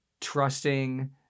trusting